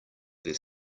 their